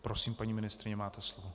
Prosím, paní ministryně, máte slovo.